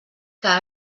que